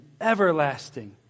everlasting